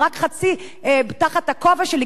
הם רק חצי תחת הכובע שלי,